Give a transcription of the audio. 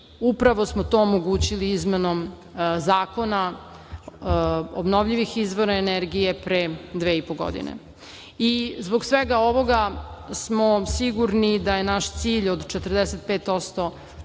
upravo smo to omogućili izmenom Zakona o obnovljivim izvorima energije pre dve i po godine. Zbog svega ovoga smo sigurni da je naš cilj od 45%